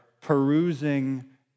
perusing